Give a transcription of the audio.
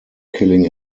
killing